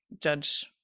judge